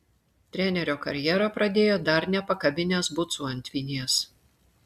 trenerio karjerą pradėjo dar nepakabinęs bucų ant vinies